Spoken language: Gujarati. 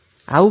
આવું કેમ